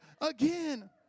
again